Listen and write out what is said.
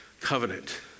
covenant